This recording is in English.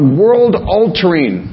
world-altering